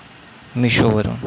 मिशोवरून